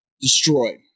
Destroyed